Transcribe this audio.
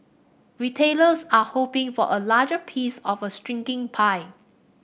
retailers are hoping for a larger piece of a shrinking pie